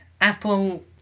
Apple